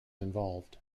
involved